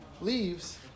leaves